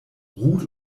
ruth